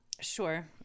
Sure